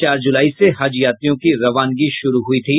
चार जुलाई से हज यात्रियों की रवानगी शुरू हुयी थी